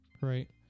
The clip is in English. right